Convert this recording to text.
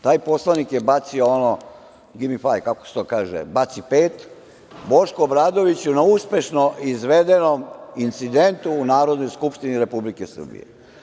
Taj poslanik je bacio ono - gimi faj, kako se to kaže - baci pet, Bošku Obradoviću na uspešno izvedenom incidentu u Narodnoj skupštini Republike Srbije.